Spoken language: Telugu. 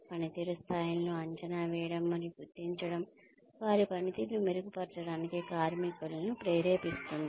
పనితీరు స్థాయిలను అంచనా వేయడం మరియు గుర్తించడం వారి పనితీరును మెరుగుపరచడానికి కార్మికులను ప్రేరేపిస్తుంది